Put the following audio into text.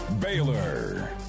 Baylor